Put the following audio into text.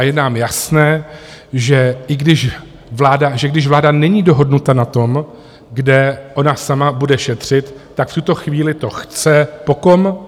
Je nám jasné, že i když vláda není dohodnuta na tom, kde ona sama bude šetřit, tak v tuto chvíli to chce po kom?